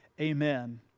Amen